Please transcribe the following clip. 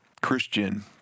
Christian